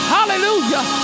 Hallelujah